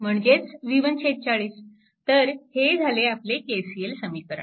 तर हे झाले आपले KCL समीकरण